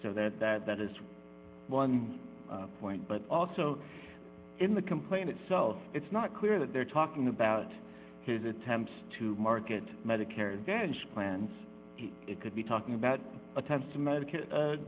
so that that that is one point but also in the complaint itself it's not clear that they're talking about his attempts to market medicare advantage plans it could be talking about attempts to